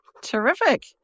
Terrific